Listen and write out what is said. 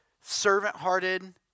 servant-hearted